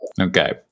Okay